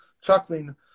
chuckling